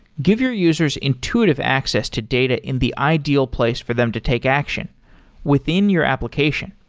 give your users intuitive access to data in the ideal place for them to take action within your application.